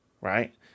Right